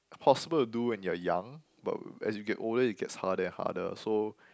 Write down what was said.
possible to do when you are young but as you get older it gets harder and harder so